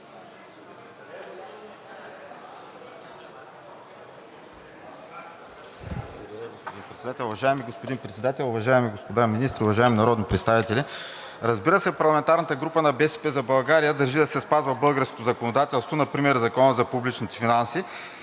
Уважаеми господин Председател, уважаеми господа министри, уважаеми народни представители! Разбира се, парламентарната група на „БСП за България“ държи да се спазва българското законодателство – например Законът за публичните финанси